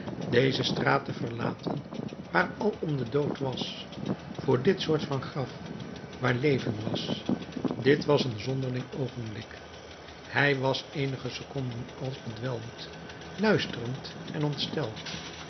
deze straat te verlaten waar alom de dood was voor dit soort van graf waar leven was dit was een zonderling oogenblik hij was eenige seconden als bedwelmd luisterend en ontsteld